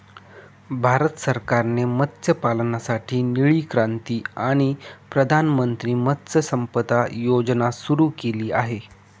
भारत सरकारने मत्स्यपालनासाठी निळी क्रांती आणि प्रधानमंत्री मत्स्य संपदा योजना सुरू केली आहे